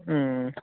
ಹ್ಞೂ